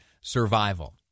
Survival